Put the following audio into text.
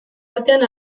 artean